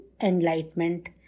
enlightenment